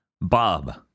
bob